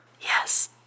yes